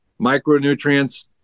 micronutrients